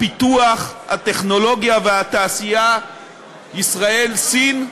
הפיתוח, הטכנולוגיה והתעשייה ישראל סין.